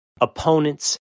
opponent's